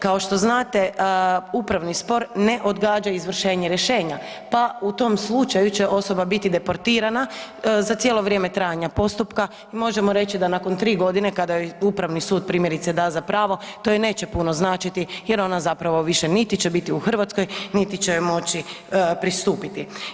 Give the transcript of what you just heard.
Kao što znate, upravni spor ne odgađa izvršenje rješenja pa u tom slučaju će osoba biti deportirana za cijelo vrijeme trajanja postupka i možemo reći da nakon 3 g. kada joj upravni sud primjerice da za pravo, to joj neće puno značiti jer ona zapravo više niti će biti u Hrvatskoj niti će moći pristupiti.